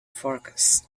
forecast